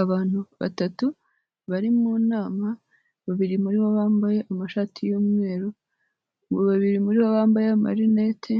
Abantu batatu bari mu nama, babiri muri bo bambaye amashati y'umweru, babiri muri bo bambaye amarinete